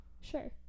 sure